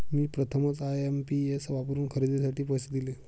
मी प्रथमच आय.एम.पी.एस वापरून खरेदीसाठी पैसे दिले